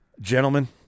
gentlemen